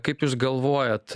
kaip jūs galvojat